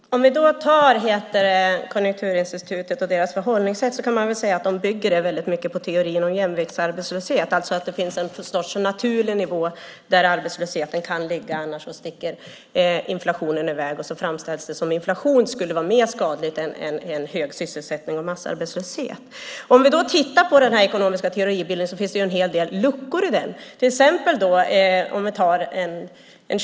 Herr talman! Man kan säga att Konjunkturinstitutets förhållningssätt bygger väldigt mycket på teorin om jämviktsarbetslöshet, alltså att det finns någon sorts naturlig nivå där arbetslösheten kan ligga, för annars sticker inflationen i väg. Då framställs det som att inflation skulle vara mer skadligt än hög sysselsättning och massarbetslöshet. Det finns en hel del luckor i denna ekonomiska teoribild.